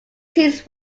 teams